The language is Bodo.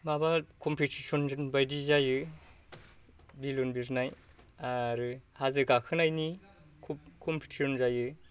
माबा कमपिटिसन बायदि जायो बेलुन बिरनाय आरो हाजो गाखोनायनि कमपिटिसन जायो